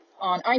on